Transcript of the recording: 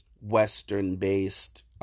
Western-based